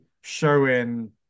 showing